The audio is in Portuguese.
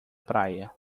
praia